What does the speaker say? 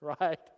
Right